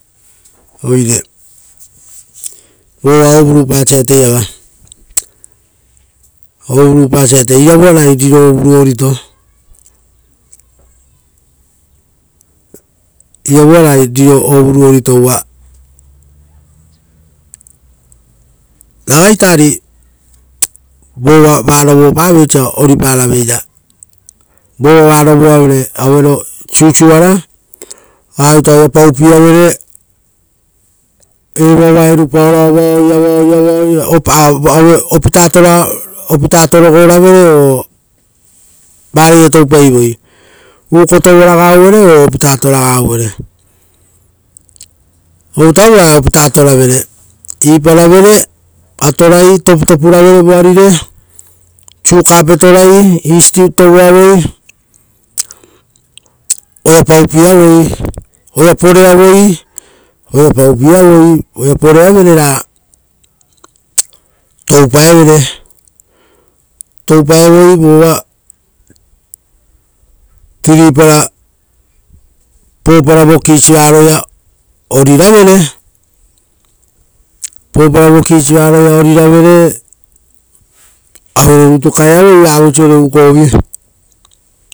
Oire vova uuko purapa varatai-iava, iravua ragai riro uuko purato, uva ragaita ari vova va rovopavoi oisio oisia oriparaveira, vo va rovoavere vosa voviro erupieavere, evoava erupaoro avaoi, avaoi avaoi, ravoava opita atorogoravere ora oisio, vareia toupaivoi, uuko tovoragaravere o opita atoravere, ovutarovu ra opita atora-vere. Iparavere, atorai, toputopuravere, voarire siuka tovorai, oari taporo tovoavere iriaia riropapeira, voava, oira paupieavere voava oira poreavere toupaevere, toupaevoi, voana vopena, ora voresurapa voki isi va roia oriravere, ra auerorutu kaeavere eisire uukovi.